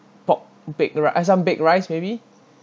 pork baked rice ah some baked rice maybe